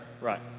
Right